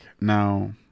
Now